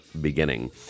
beginning